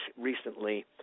recently